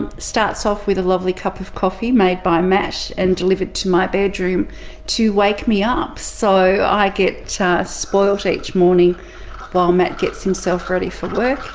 and starts off with a lovely cup of coffee made by matt and delivered to my bedroom to wake me up. so i get spoilt each morning while matt gets himself ready for work.